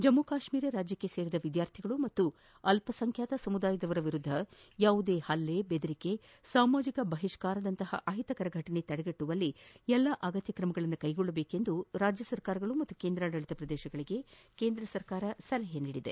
ಜಮ್ನು ಕಾಶ್ನೀರ ರಾಜ್ಲಕ್ಷೆ ಸೇರಿದ ವಿದ್ಲಾರ್ಥಿಗಳು ಹಾಗೂ ಅಲ್ಪಸಂಖ್ಯಾತ ಸಮುದಾಯದವರ ವಿರುದ್ದ ಯಾವುದೇ ಪಲ್ಲೆ ಬೆದರಿಕೆ ಸಾಮಾಜಿಕ ಬಹಿಷ್ಣಾರದಂತಪ ಅಹಿತಕರ ಫಟನೆ ತಡೆಗಟ್ಟುವಲ್ಲಿ ಎಲ್ಲ ಅಗತ್ಯ ತ್ರಮ ಕ್ಟೆಗೊಳ್ಳುವಂತೆ ರಾಜ್ಯ ಸರ್ಕಾರಗಳು ಮತ್ತು ಕೇಂದ್ರಾಡಳಿತ ಪ್ರದೇಶಗಳಿಗೆ ಕೇಂದ್ರ ಸರ್ಕಾರ ಸಲಹೆ ಮಾಡಿದೆ